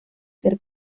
ser